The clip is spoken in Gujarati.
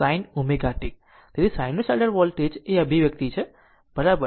તેથી સાઇનસાઇડલ વોલ્ટેજ માટે આ અભિવ્યક્તિ છે બરાબર